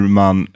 man